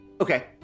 Okay